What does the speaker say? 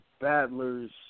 Battlers